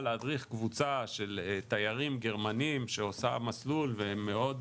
להדריך קבוצה של תיירים גרמנים שעושה מסלול והם מאוד